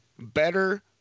better